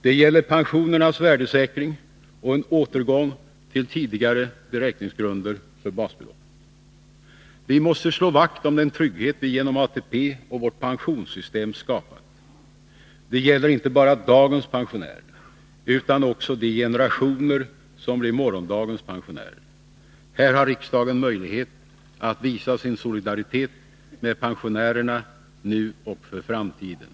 Det gäller pensionernas värdesäkring och en återgång till tidigare beräkningsgrunder för basbeloppet. Vi måste slå vakt om den trygghet vi genom ATP och vårt pensionssystem har skapat. Det gäller inte bara dagens pensionärer, utan också de generationer som blir morgondagens pensionä rer. Här har riksdagen möjlighet att visa sin solidaritet med pensionärernanu Nr 51 och för framtiden.